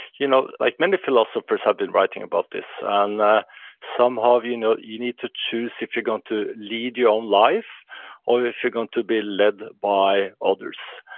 you know like many philosophers have been writing about this. um and some have, you know you need to choose if you're going to lead your own life or if you're going to be led by others.